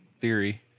theory